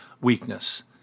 weakness